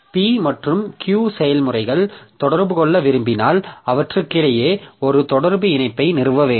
P மற்றும் Q செயல்முறைகள் தொடர்பு கொள்ள விரும்பினால் அவற்றுக்கிடையே ஒரு தொடர்பு இணைப்பை நிறுவ வேண்டும்